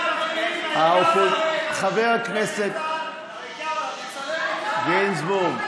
חבר הכנסת גינזבורג,